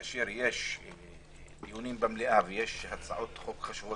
כאשר יש דיונים במליאה ויש הצעות חוק חשובות,